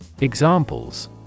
Examples